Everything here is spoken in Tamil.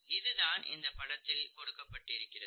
இதுதான் இந்தப்படத்தில் கொடுக்கப்பட்டிருக்கிறது